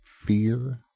Fear